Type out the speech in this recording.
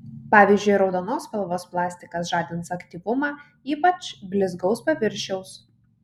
pavyzdžiui raudonos spalvos plastikas žadins aktyvumą ypač blizgaus paviršiaus